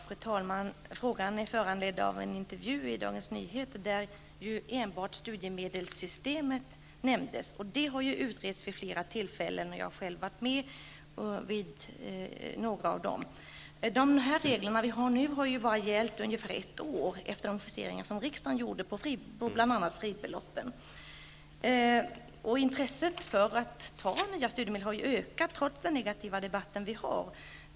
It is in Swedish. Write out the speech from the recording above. Fru talman! Frågan är föranledd av en intervju i Dagens Nyheter, där enbart studiemedelssystemet nämndes. Det har ju utretts vid flera tillfällen, och jag har själv varit med vid några av dem. De regler som vi nu har har gällt ungefär ett år efter de justeringar som riksdagen gjorde av bl.a. fribeloppen. Intresset för att ta nya studielån har ökat trots den negativa debatt som pågår.